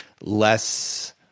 less